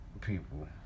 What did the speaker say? people